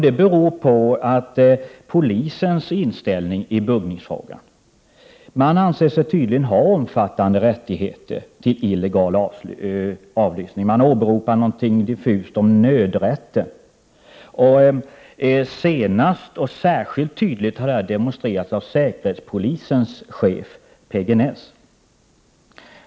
Det beror på polisens inställning i fråga om buggning. Man anser sig tydligen ha omfattande rättigheter till illegal avlyssning och åberopar något diffust om nödrätt. Senast och särskilt tydligt har detta demonstrerats av säkerhetspolisens chef, P-G Näss.